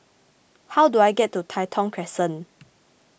how do I get to Tai Thong Crescent